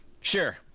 Sure